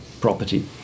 property